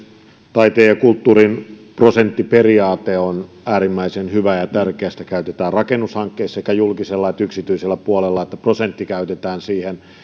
taiteen ja kulttuurin prosenttiperiaate on äärimmäisen hyvä ja ja tärkeä sitä käytetään rakennushankkeissa sekä julkisella että yksityisellä puolella niin että prosentti käytetään siihen